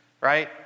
Right